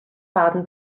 baden